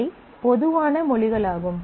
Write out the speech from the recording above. இவை பொதுவான மொழிகளாகும்